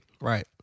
Right